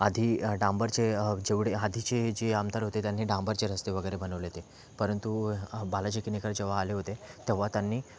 आधी डांबरचे जेवढे आधीचे जे आमदार होते त्यांनी डांबरचे रस्ते वगैरे बनवले होते परंतु बालाजी किनीकर जेव्हा आले होते तेव्हा त्यांनी